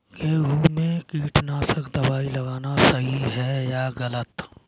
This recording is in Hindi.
गेहूँ में कीटनाशक दबाई लगाना सही है या गलत?